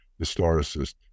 historicist